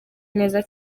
neza